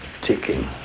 ticking